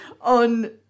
on